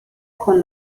con